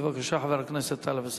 בבקשה, חבר הכנסת טלב אלסאנע.